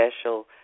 special